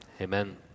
Amen